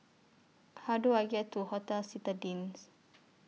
How Do I get to Hotel Citadines